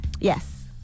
Yes